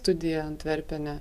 studiją antverpene